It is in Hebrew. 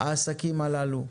העסקים הללו?